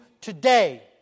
today